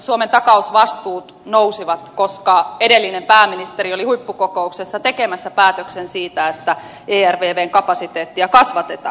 suomen takausvastuut nousivat koska edellinen pääministeri oli huippukokouksessa tekemässä päätöksen siitä että ervvn kapasiteettia kasvatetaan